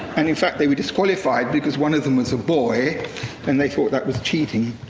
and in fact they were disqualified, because one of them was a boy and they thought that with cheating.